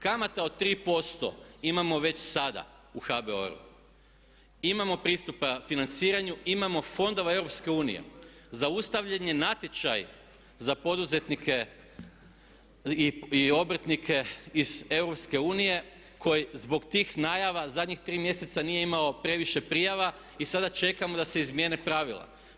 Kamata od tri posto imamo već sada u HABOR-u, imamo pristupa financiranju, imamo fondova EU, zaustavljen je natječaj za poduzetnike i obrtnike iz EU zbog tih najava zadnjih tri mjeseca nije imao previše prijava i sada čekamo da se izmjene pravila.